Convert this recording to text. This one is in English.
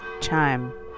chime